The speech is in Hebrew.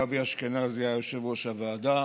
גבי אשכנזי היה יושב-ראש הוועדה